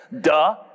Duh